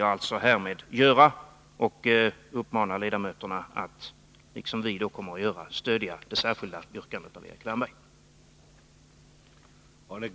Jag vill härmed göra detta, och jag uppmanar ledamöterna att, liksom vi kommer att göra, stödja det särskilda yrkandet av Erik Wärnberg.